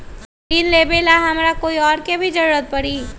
ऋन लेबेला हमरा कोई और के भी जरूरत परी?